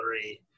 three